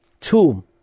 tomb